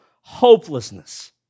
hopelessness